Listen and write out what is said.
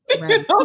Right